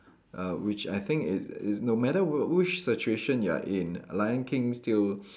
uh which I think is is no matter w~ which situation you're in lion king still